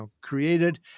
created